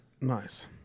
Nice